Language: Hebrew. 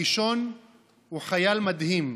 הראשון הוא חייל מדהים,